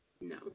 No